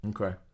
okay